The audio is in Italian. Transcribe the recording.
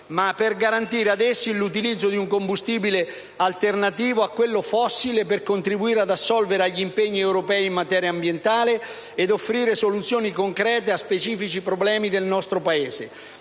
ma per garantire ad essi 1'utilizzo di un combustibile alternativo a quello fossile per contribuire ad assolvere agli impegni europei in materia ambientale ed offrire soluzioni concrete a specifici problemi del nostro Paese.